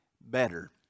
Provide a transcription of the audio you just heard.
better